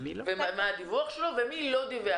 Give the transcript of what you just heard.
מה הדיווח שלו ומי לא דיווח.